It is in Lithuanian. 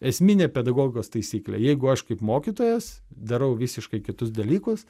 esminė pedagogikos taisyklė jeigu aš kaip mokytojas darau visiškai kitus dalykus